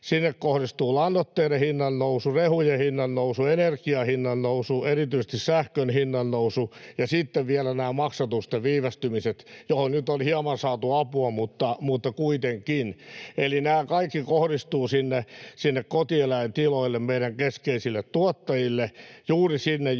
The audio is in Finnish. sinne kohdistuvat lannoitteiden hinnannousu, rehujen hinnannousu, energian hinnannousu, erityisesti sähkön hinnannousu ja sitten vielä nämä maksatusten viivästymiset — joihin nyt on hieman saatu apua, mutta kuitenkin. Eli nämä kaikki kohdistuvat sinne kotieläintiloille, meidän keskeisille tuottajille, juuri sinne,